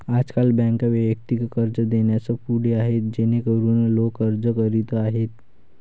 आजकाल बँका वैयक्तिक कर्ज देण्यास पुढे आहेत जेणेकरून लोक अर्ज करीत आहेत